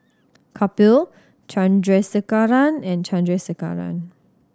Kapil Chandrasekaran and Chandrasekaran